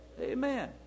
Amen